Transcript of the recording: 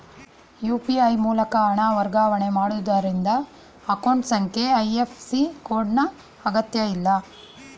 UPI ಮೂಲಕ ಹಣ ವರ್ಗಾವಣೆ ಮಾಡುವುದರಿಂದ ಅಕೌಂಟ್ ಸಂಖ್ಯೆ ಐ.ಎಫ್.ಸಿ ಕೋಡ್ ನ ಅಗತ್ಯಇಲ್ಲ